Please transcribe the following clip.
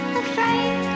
afraid